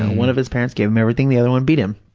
one of his parents gave him everything, the other one beat him.